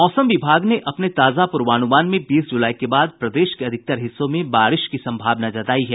मौसम विभाग ने अपने ताजा पूर्वानुमान में बीस जुलाई के बाद प्रदेश के अधिकतर हिस्सों में बारिश की संभावना जतायी है